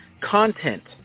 Content